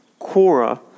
Quora